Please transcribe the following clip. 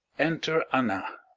enter anna.